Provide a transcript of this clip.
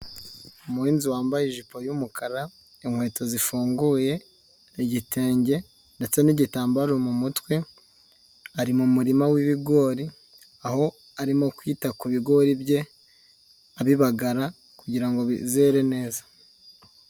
Umuhinzi wambaye ijipo y'umukara, inkweto zifunguye, igitenge ndetse n'igitambaro mu mutwe, ari mu murima w'ibigori aho arimo kwita ku bigori bye abibagara kugira ngo bizere neza.